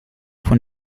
von